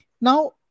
Now